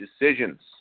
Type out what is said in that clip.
decisions